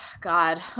god